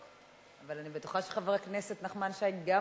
אבל אני בטוחה שחבר הכנסת נחמן שי גם